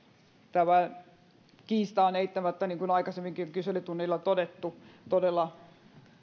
tämä kiista on eittämättä niin kuin aikaisemminkin on kyselytunnilla todettu todella